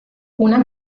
una